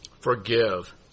forgive